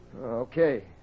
Okay